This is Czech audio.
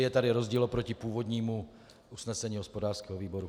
Je tady rozdíl oproti původnímu usnesení hospodářského výboru.